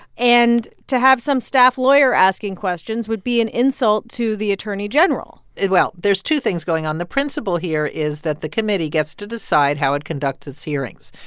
and to have some staff lawyer asking questions would be an insult to the attorney general well, there's two things going on. the principle here is that the committee gets to decide how it conducts its hearings.